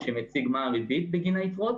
שמציג מה הריבית בגין היתרות.